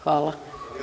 Hvala.